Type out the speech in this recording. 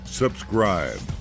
subscribe